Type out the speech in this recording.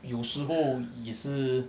有时候也是